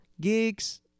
gigs